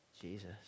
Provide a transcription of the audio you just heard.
Jesus